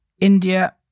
India